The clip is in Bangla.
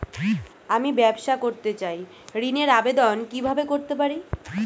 আমি ব্যবসা করতে চাই ঋণের আবেদন কিভাবে করতে পারি?